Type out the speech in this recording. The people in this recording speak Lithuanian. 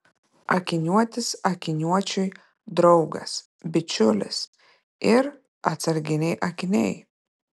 akiniuotis akiniuočiui draugas bičiulis ir atsarginiai akiniai